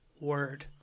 word